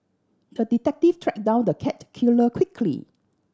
the detective track down the cat killer quickly